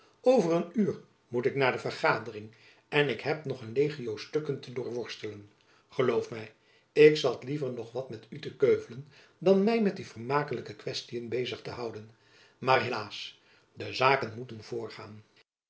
over een uur moet ik naar de vergadering en ik heb nog een legio stukken te doorworstelen geloof my ik zat liever nog wat met u te keuvelen dan my met die vermakelijke kwestiën bezig te houden maar helaas de zaken moeten voorgaan